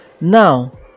Now